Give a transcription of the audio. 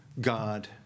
God